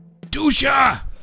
Dusha